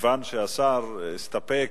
מכיוון שהשר הסתפק,